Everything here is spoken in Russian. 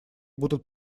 будут